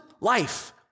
life